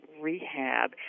rehab